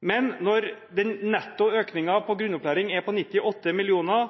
Men når nettoøkningen til grunnopplæringen er på 98